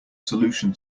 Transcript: solution